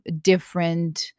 different